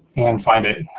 and find it.